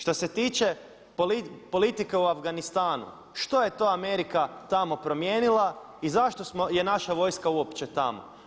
Šta se tiče politika u Afganistanu što je to Amerika tamo primijenila i zašto je naša vojska uopće tamo?